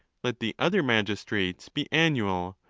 let the other magis trates be annual,